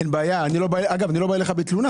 אין בעיה, ואני לא בא אליך בתלונה.